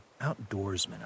outdoorsman